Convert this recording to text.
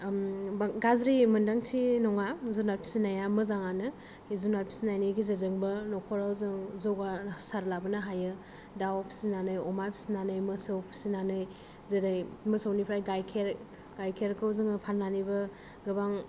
बां गाज्रि मोन्दांथि नङा जुनार फिसिनाया मोजाङानो बे जुनार फिसिनायनि गेजेरजोंबो न'खराव जों जौगासार लाबोनो हायो दाव फिसिनानै अमा फिसिनानै मोसौ फिसिनानै जेरै मोसौनिफ्राय गाइखेर गाइखेरखौ जोङो फाननानैबो गोबां